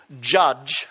judge